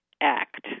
Act